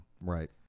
Right